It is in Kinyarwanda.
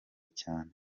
cyane